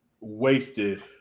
Wasted